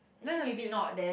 learn a bit lah